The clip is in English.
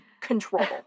control